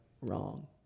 wrong